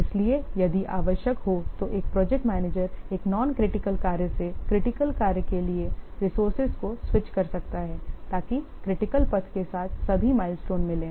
इसलिए यदि आवश्यक हो तो एक प्रोजेक्ट मैनेजर एक नॉन क्रिटिकल कार्य से क्रिटिकल कार्य के लिए रिसोर्सेज को स्विच कर सकता है ताकि क्रिटिकल पथ के साथ सभी माइलस्टोन मिलें